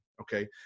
okay